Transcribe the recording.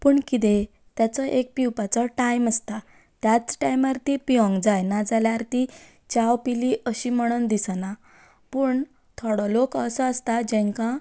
पूण कितें ताचो एक पिवपाचो टायम आसता त्याच टायमार ती पिवंक जाय ना जाल्यार ती च्या पिली अशें म्हणून दिसना पूण थोडो लोक असो आसता जांकां